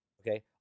okay